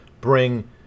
bring